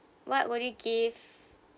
what would do you give